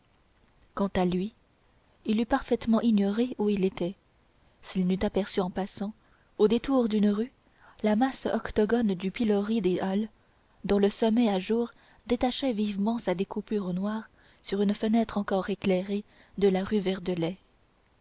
quant à lui il eût parfaitement ignoré où il était s'il n'eût aperçu en passant au détour d'une rue la masse octogone du pilori des halles dont le sommet à jour détachait vivement sa découpure noire sur une fenêtre encore éclairée de la rue